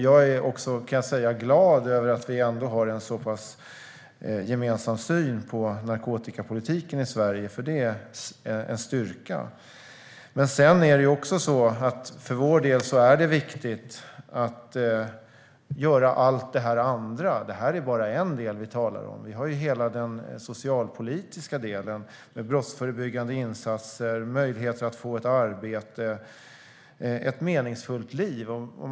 Jag är glad över att vi ändå har en så pass gemensam syn på narkotikapolitiken i Sverige, för det är en styrka. För vår del är det viktigt att göra allt det där andra. Det här är bara en del som vi talar om. Vi har också hela den socialpolitiska delen med brottsförebyggande insatser, möjligheter att få ett arbete - ett meningsfullt liv.